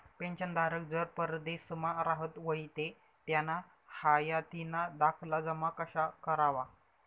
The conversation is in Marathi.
पेंशनधारक जर परदेसमा राहत व्हयी ते त्याना हायातीना दाखला जमा कशा करवा?